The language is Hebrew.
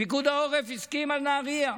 פיקוד העורף הסכים על נהריה.